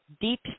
deep